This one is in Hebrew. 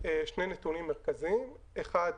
שני נתונים מרכזיים: האחד,